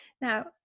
Now